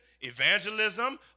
evangelism